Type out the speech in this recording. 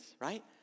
right